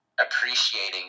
appreciating